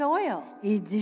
oil